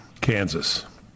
Kansas